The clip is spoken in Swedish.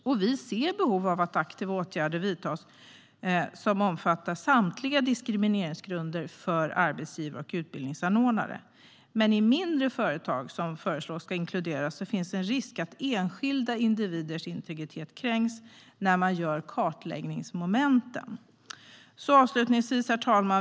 Och vi ser behov av att aktiva åtgärder vidtas som omfattar samtliga diskrimineringsgrunder för arbetsgivare och utbildningsanordnare. Men i mindre företag, som föreslås ska inkluderas, finns det en risk för att enskilda individers integritet kränks när man ska göra kartläggningsmomenten. Herr talman!